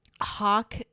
Hawk